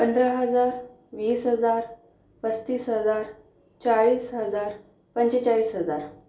पंधरा हजार वीस हजार पस्तीस हजार चाळीस हजार पंचेचाळीस हजार